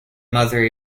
mother